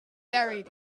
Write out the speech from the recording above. buried